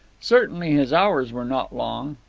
certainly his hours were not long.